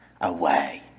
away